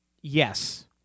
Yes